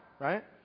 right